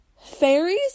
Fairies